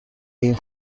این